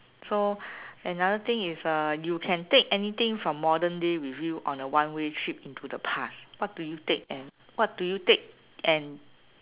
so another thing is uh you can take anything from modern day with you on a one way trip into the past what do you take and what do you take and